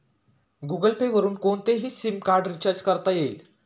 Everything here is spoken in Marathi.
गुगलपे वरुन कोणतेही सिमकार्ड रिचार्ज करता येईल